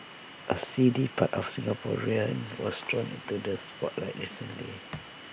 A seedy part of Singaporean was thrown into the spotlight recently